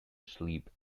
sleep